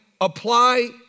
apply